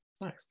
Nice